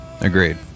Agreed